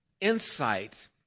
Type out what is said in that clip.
insight